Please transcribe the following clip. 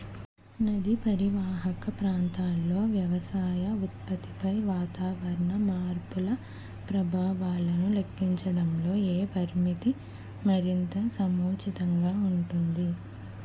నదీ పరీవాహక ప్రాంతంలో వ్యవసాయ ఉత్పత్తిపై వాతావరణ మార్పుల ప్రభావాలను లెక్కించడంలో ఏ పరామితి మరింత సముచితంగా ఉంటుంది?